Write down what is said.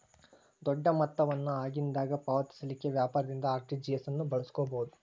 ದೊಡ್ಡ ಮೊತ್ತ ವನ್ನ ಆಗಿಂದಾಗ ಪಾವತಿಸಲಿಕ್ಕೆ ವ್ಯಾಪಾರದಿಂದ ಆರ್.ಟಿ.ಜಿ.ಎಸ್ ಅನ್ನು ಬಳಸ್ಕೊಬೊದು